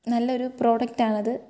നല്ലൊരു പ്രോഡക്റ്റ് ആണത്